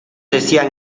decían